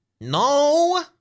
No